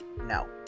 no